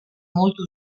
molto